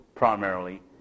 primarily